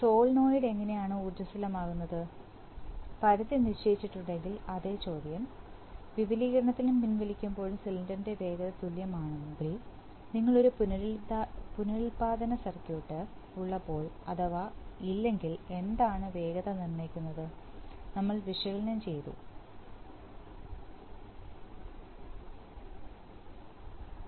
solenoid എങ്ങനെയാണ് ഉർജ്ജസ്വലമാകുന്നത് പരിധി നിശ്ചയിച്ചിട്ടുണ്ടെങ്കിൽ അതേ ചോദ്യം വിപുലീകരണത്തിലും പിൻ വലിക്കുമ്പോഴും സിലിണ്ടറിന്റെ വേഗത തുല്യമാകുമെങ്കിൽ നിങ്ങൾക്ക് ഒരു പുനരുൽപ്പാദന സർക്യൂട്ട് ഉള്ളപ്പോൾ അഥവാ ഇല്ലെങ്കിൽ എന്താണ് വേഗത നിർണ്ണയിക്കുന്നത് നമ്മൾ വിശകലനം ചെയ്തു ഈ